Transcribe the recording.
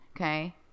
okay